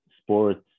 sports